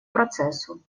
процессу